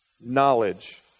Knowledge